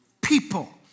people